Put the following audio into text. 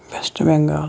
West Bengal